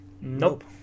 Nope